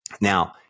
Now